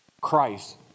Christ